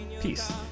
peace